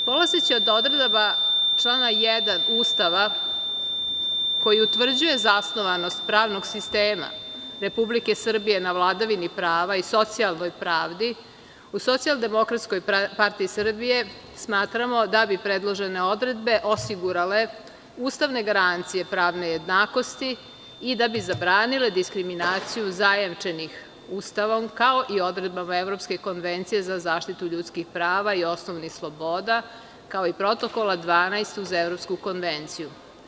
Polazeći od odredaba člana 1. Ustava koji utvrđuje zasnovanost pravnog sistema Republike Srbije na vladavini prava i socijalnoj pravdi, u SDPS smatramo da bi predložene odredbe osigurale ustavne garancije pravne jednakosti i da bi zabranile diskriminacije zajemčenih Ustavom, kao i odredbama Evropske konvencije za zaštitu ljudskih prava i osnovnih sloboda, kao i Protokola 12 uz Evropsku konvenciju.